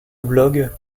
blog